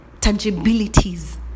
tangibilities